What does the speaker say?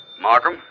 Markham